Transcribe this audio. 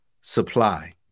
supply